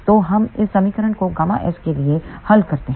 तो हम इस समीकरण को ΓSके लिए हल करते हैं